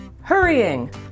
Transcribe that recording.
hurrying